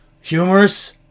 humorous